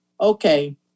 okay